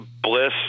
Bliss